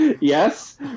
Yes